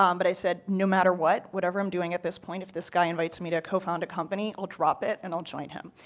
um but i said, no matter what, whatever i'm doing at this point if this guy invites me to co-found company, i'll drop it and i'll join him.